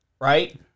right